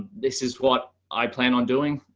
this is what i plan on doing.